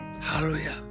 Hallelujah